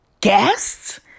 guests